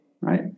right